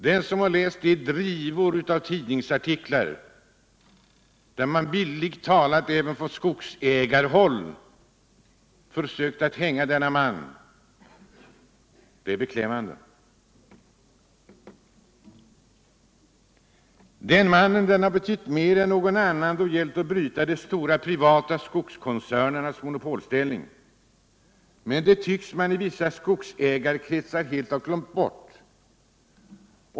De drivor av tidningsartiklar i vilka man även från skogsägarhåll bildligt talat försökt hänga denne man är beklämmande. Den mannen har betytt mer än någon annan då det gällt att bryta de stora privata skogskoncernernas monopolställning, men det tycks man i vissa skogsägarkretsar helt ha glömt bort.